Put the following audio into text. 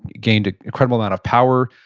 gained an incredible amount of power,